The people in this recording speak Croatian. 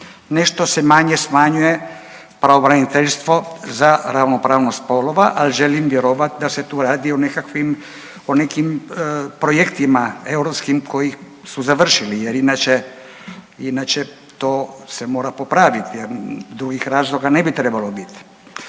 nešto se manje smanjuje pravobraniteljstvo za ravnopravnost spolova, al želim vjerovat da se tu radi o nekakvim o nekim projektima europskim koji su završili jer inače to se mora popraviti jer drugih razloga ne bi trebalo bit,